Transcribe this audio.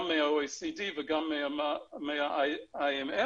גם מה-OECD וגם מה-IMF